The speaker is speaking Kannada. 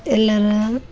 ಎಲ್ಲಾರ